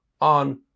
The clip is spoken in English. on